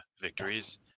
victories